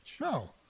No